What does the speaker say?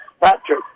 Patrick